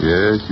Yes